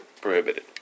prohibited